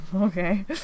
okay